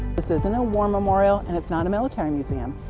this isn't a war memorial and it's not a military museum,